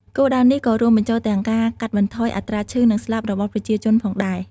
គោលដៅនេះក៏រួមបញ្ចូលទាំងការកាត់បន្ថយអត្រាឈឺនិងស្លាប់របស់ប្រជាជនផងដែរ។